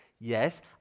yes